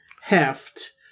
heft